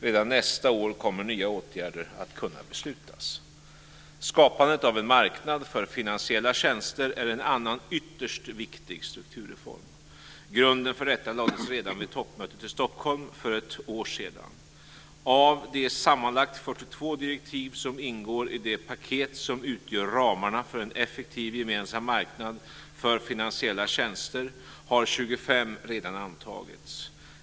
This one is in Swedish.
Redan nästa år kommer nya åtgärder att kunna beslutas. Skapandet av en marknad för finansiella tjänster är en annan ytterst viktig strukturreform. Grunden för detta lades redan vid toppmötet i Stockholm för ett år sedan. Av de sammanlagt 42 direktiv som ingår i det paket som utgör ramarna för en effektiv gemensam marknad för finansiella tjänster har 25 redan antagits.